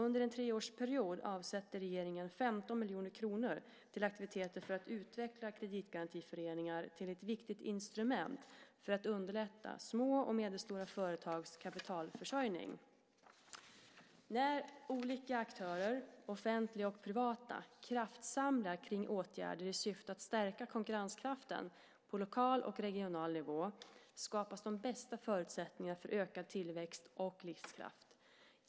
Under en treårsperiod avsätter regeringen 15 miljoner kronor till aktiviteter för att utveckla kreditgarantiföreningar till ett viktigt instrument för att underlätta små och medelstora företags kapitalförsörjning. När olika aktörer, offentliga och privata, kraftsamlar kring åtgärder i syfte att stärka konkurrenskraften på lokal och regional nivå skapas de bästa förutsättningarna för ökad tillväxt och livskraft.